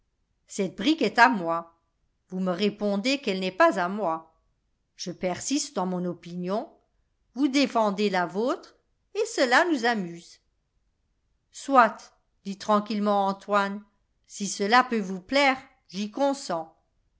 cette brique est à moi vous me répondez qu'elle n'est pas à moi je persiste dans mon opinion vous défendez la vôtre et cela nous amuse soit dit tranquillement antoine si cela peut vous plaire j'y consens